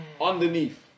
Underneath